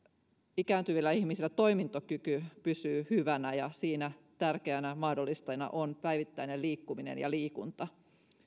ikääntyvillä ihmisillä toimintakyky pysyy hyvänä ja siinä tärkeinä mahdollistajina ovat päivittäinen liikkuminen ja liikunta